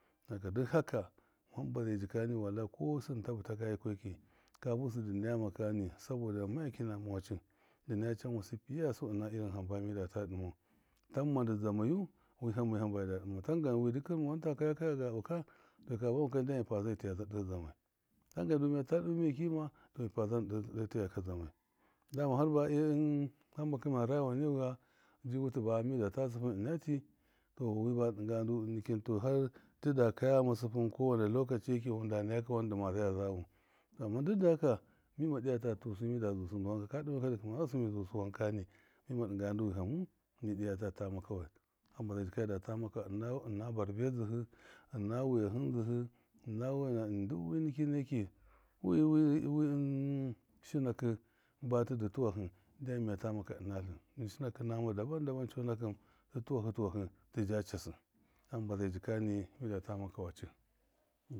Kuga duk haka hamba zai jikani midata maka wacṫ wablahi kɔ sɨm ta ɨṫta ga yikɔki, ka busɨ dɨ nayama kani, sabɔda makyakyi nɔma wacṫ dɨ nɔya canwasɨ piyaya su ɨna irin hamba midata dɨmau tɔmma ndɨ dzamayu wiham mayu hamba midata dɨmau tanga wɨ dɨmau wanta kɔya koya gabɨ ka mika buwama ka ndyam mi paza ɗe dzamai, tangan du miyata ɗɨma maki ma nɗyam mi paza ndɨ ɗe tiyaya ka dzamai dama harba hamba kamaya raja wane wuya jiwutɨ ba nudata ta sɨpɨm ɨnatu tɔ wi bɔma ɗinga ya ndu innikin, to- har tada kɔya ghama sɨpɨm kɔwane lɔkaci yɔki mɨnda nayaka wan dɨma zaya zawu, amman duk da haka mima ɗigata tusu mide. zuwusɨ ndɨ wanka, ka ɗame winy aka dɨ kɨmaya rayiwasɨ mida zuwu sɨndɨ wankam mima ɗingaya ndu wihamu mi ɗiyata tama ka wai, hamba zai jika midata maka ɨna barbe dzɨhɨ, ɨna wiya hɨndzɨhɨ ina wena duk wi ɨnni ki eki wi- wi wi- wi in shinakɨ butidɨ tuwahɨ ndyam niyata maka ɨna tlɨn, shɨnakɨ nama daban daban cɔnakɨn. dɨ tuwahɨ tuwahɨ, tɨja cassɨ, hamba zai jikani midata maka wacɨ.